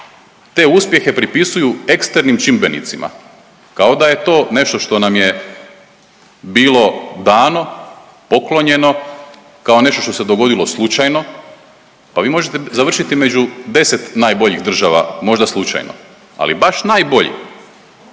te uspjehe pripisuju eksternim čimbenicima kao da je to nešto što nam je bilo dano, poklonjeno, kao nešto što se dogodilo slučajno. Pa vi možete završiti među 10 najboljih država možda slučajno, ali baš najboljih,